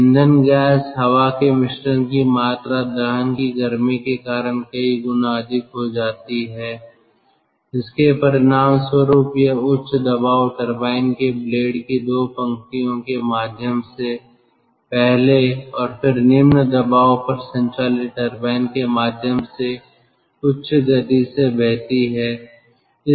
ईंधन गैस हवा के मिश्रण की मात्रा दहन की गर्मी के कारण कई गुना अधिक हो जाती है जिसके परिणामस्वरूप यह उच्च दबाव टरबाइन के ब्लेड की दो पंक्तियों के माध्यम से पहले और फिर निम्न दबाव पर संचालित टरबाइन के माध्यम से उच्च गति से बहती है